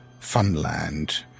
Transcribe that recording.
Funland